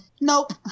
nope